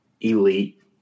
elite